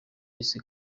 isi